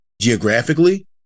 geographically